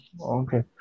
Okay